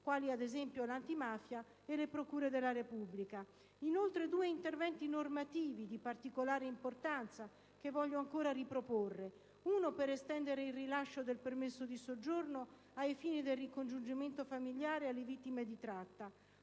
quali ad esempio l'antimafia e le procure della Repubblica. Inoltre, due interventi normativi di particolarmente importanza che voglio ancora riproporre: uno per estendere il rilascio del permesso di soggiorno ai fini del ricongiungimento familiare alle vittime di tratta;